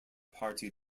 party